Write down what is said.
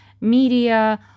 media